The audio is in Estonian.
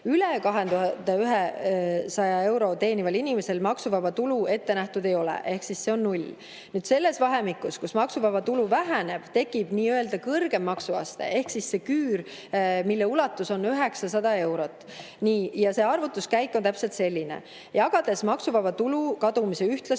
Üle 2100 euro teenivale inimesele maksuvaba tulu ette nähtud ei ole ehk see on null. Selles vahemikus, kus maksuvaba tulu väheneb, tekib nii-öelda kõrgem maksuaste ehk küür, mille ulatus on 900 eurot. Nii, arvutuskäik on täpselt selline. Jagades maksuvaba tulu kadumise ühtlaselt